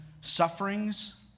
sufferings